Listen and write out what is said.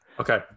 Okay